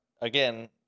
again